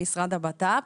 משרד הבט"פ,